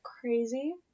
crazy